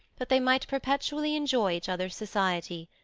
that they might perpetually enjoy each other's society.